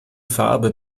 farbe